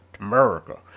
America